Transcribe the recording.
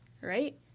Right